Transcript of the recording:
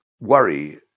worry